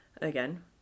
again